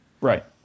Right